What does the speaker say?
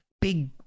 big